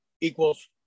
equals